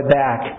back